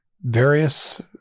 various